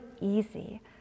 easy